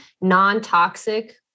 non-toxic